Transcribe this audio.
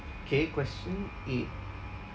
K question eight